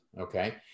Okay